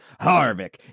harvick